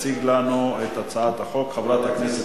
תציג לנו את הצעת החוק חברת הכנסת